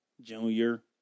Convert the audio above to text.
Junior